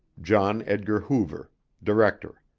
john edgar hoover director